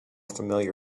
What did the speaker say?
familiar